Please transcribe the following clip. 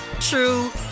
true